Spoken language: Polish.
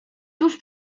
tuż